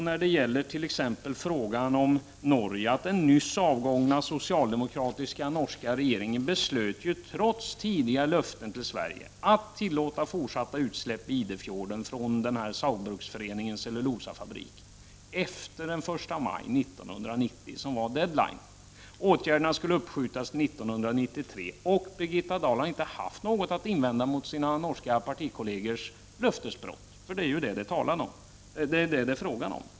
När det gäller Norge kvarstår faktum att den nyss avgångna socialdemokratiska norska regeringen beslöt, trots tidigare löften till Sverige, att tillåta fortsatta utsläpp i Idefjorden från cellulosafabriken efter den 1 maj 1990 som var deadline. Åtgärderna skulle uppskjutas till 1993, och Birgitta Dahl har inte haft något att invända mot detta löftesbrott, för det är vad det är.